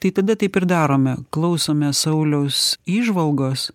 tai tada taip ir darome klausome sauliaus įžvalgos